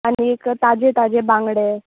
आनीक ताजें ताजें बांगडें